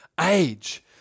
age